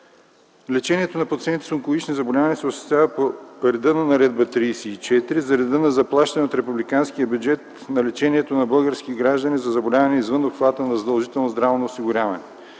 Лечението на пациентите с онкологични заболявания се осъществява по реда на Наредба № 34 - за реда на заплащане от Републиканския бюджет на лечението на български граждани за заболявания извън обхвата на задължителното здравно осигуряване.